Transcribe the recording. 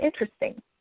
interesting